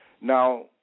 now